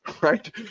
right